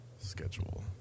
schedule